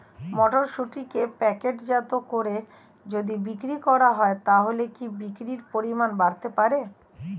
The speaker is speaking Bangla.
মটরশুটিকে প্যাকেটজাত করে যদি বিক্রি করা হয় তাহলে কি বিক্রি পরিমাণ বাড়তে পারে?